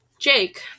Jake